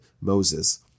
Moses